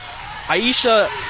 Aisha